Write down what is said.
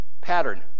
pattern